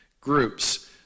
groups